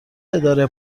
اداره